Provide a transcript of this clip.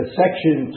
section